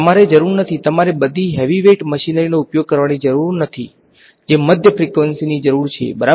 તમારે જરૂર નથી તમારે બધી હેવીવેઇટ મશીનરીનો ઉપયોગ કરવાની જરૂર નથી જે મધ્ય ફ્રીકવંસીને જરૂરી છે બરાબરને